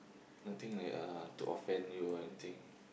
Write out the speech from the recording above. nothing like uh to offend you or anything